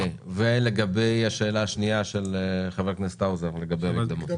מה בנוגע לשאלה של חבר הכנסת האוזר על המקדמות?